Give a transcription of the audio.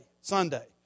Sunday